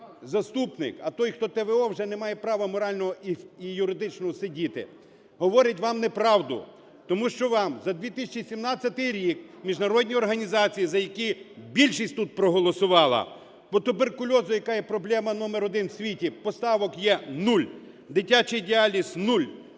той, хто т.в.о., вже не має права морального і юридичного сидіти, говорить вам неправду. Тому що вам за 2017 рік міжнародні організації, за які більшість тут проголосувала: по туберкульозу яка є проблема номер один у світі, поставок є нуль, дитячий діаліз – нуль,